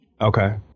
Okay